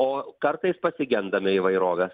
o kartais pasigendame įvairovės